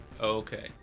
Okay